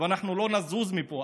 ואנחנו לא נזוז מפה.